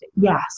Yes